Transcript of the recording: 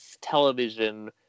television